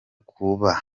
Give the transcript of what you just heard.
kuba